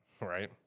right